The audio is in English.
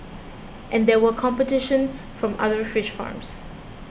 and there was competition from other fish farms